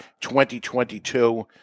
2022